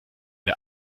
der